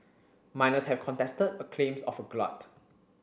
miners have contested claims of a glut